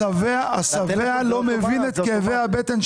אז אנחנו לא בלחץ של